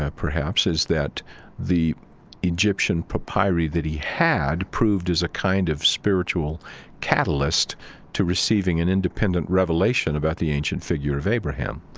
ah perhaps, is that the egyptian papyri that he had proved as a kind of spiritual catalyst to receiving an independent revelation about the ancient figure of abraham.